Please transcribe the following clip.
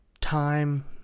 time